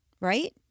right